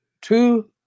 two